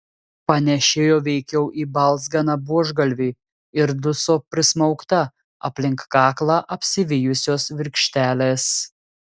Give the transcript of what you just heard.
panėšėjo veikiau į balzganą buožgalvį ir duso prismaugta aplink kaklą apsivijusios virkštelės